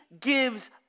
gives